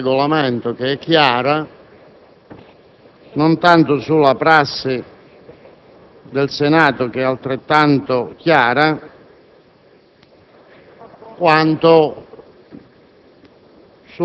non tanto sull'interpretazione del Regolamento, che è chiara, non tanto sulla prassi del Senato, che è altrettanto chiara,